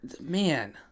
Man